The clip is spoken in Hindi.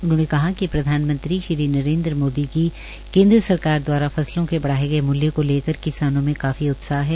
उन्होंने कहा प्रधानमंत्री श्री नरेन्द्र मोदी की केन्द्र सरकार दवारा फसलों के बढ़ाए गए मूल्य को लेकर किसानों में काफी उत्साह है